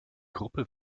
gruppe